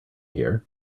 here